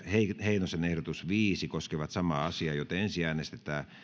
heinosen ehdotus viisi koskevat samaa määrärahaa ensin äänestetään